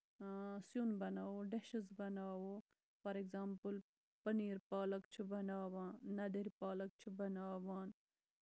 سیُن بَناوو ڈِشٕز بَناوو فار اٮ۪گزامپٕل پٔنیٖر پالَکھ چھِ بَناوان نَدٔرۍ پالکھ چھِ بَناوان